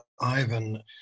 Ivan